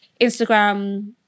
Instagram